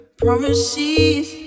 promises